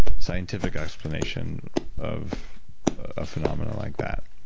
scientific explanation of a phenomena like that.